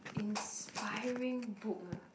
inspiring book ah